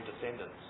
descendants